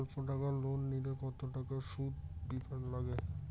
অল্প টাকা লোন নিলে কতো টাকা শুধ দিবার লাগে?